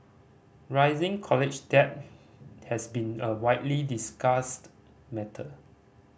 rising college debt has been a widely discussed matter